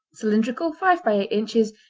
cylindrical, five by eight inches,